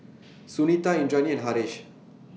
Sunita Indranee and Haresh